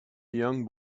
young